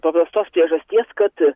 paprastos priežasties kad